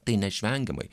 tai neišvengiamai